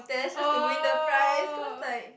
oh